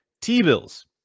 T-bills